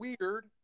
weird